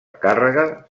càrrega